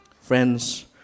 Friends